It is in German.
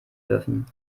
dürfen